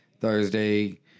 Thursday